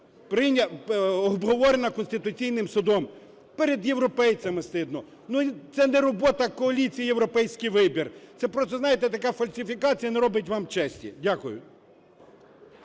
законно обговорена Конституційним Судом. Перед європейцями стидно! Ну, це не робота коаліції "Європейський вибір", це, просто, знаєте, така фальсифікація не робить вам честі. Дякую.